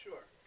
Sure